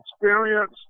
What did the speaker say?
experience